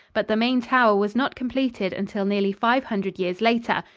but the main tower was not completed until nearly five hundred years later,